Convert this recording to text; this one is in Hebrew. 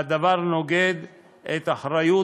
והדבר נוגד את אחריות